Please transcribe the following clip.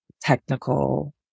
technical